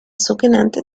sogenannte